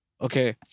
Okay